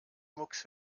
mucks